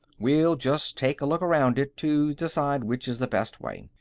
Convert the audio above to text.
we'll just take a look around it to decide which is the best way.